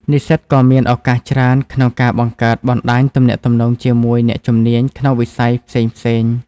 និស្សិតក៏មានឱកាសច្រើនក្នុងការបង្កើតបណ្តាញទំនាក់ទំនងជាមួយអ្នកជំនាញក្នុងវិស័យផ្សេងៗទៀត។